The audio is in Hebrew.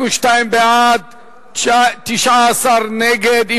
42 בעד, 19 נגד.